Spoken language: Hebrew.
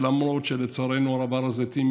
שלמרות שלצערנו הרב הר הזיתים,